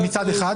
מצד אחד.